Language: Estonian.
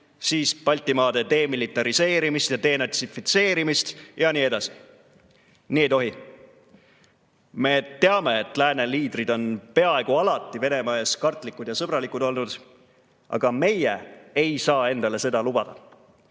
siis Baltimaade demilitariseerimist ja denatsifitseerimist ja nii edasi. Nii ei tohi! Me teame, et lääne liidrid on peaaegu alati Venemaa ees kartlikud ja sõbralikud olnud, aga meie ei saa seda endale lubada.